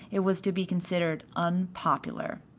it was to be considered unpopular.